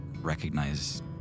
recognize